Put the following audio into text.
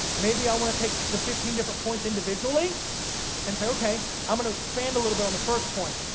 maybe i want to take the fifteen different points individually and say, okay i'm going to expand a little bit on the first point,